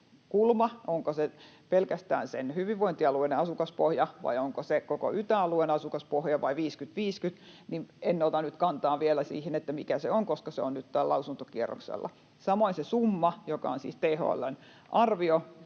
se jakokulma pelkästään sen hyvinvointialueen asukaspohja vai onko se koko yta-alueen asukaspohja vai 50—50, en ota nyt kantaa vielä, mikä se on, koska se on nyt lausuntokierroksella. Samoin sen summan, joka on siis THL:n arvio,